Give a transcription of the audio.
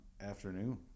afternoon